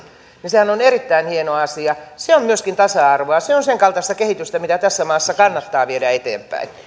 sehän on erittäin hieno asia se on myöskin tasa arvoa se on sen kaltaista kehitystä mitä tässä maassa kannattaa viedä eteenpäin